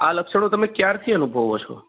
આ લક્ષણો તમે ક્યારથી અનુભવો છો